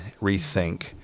rethink